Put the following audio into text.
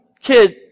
kid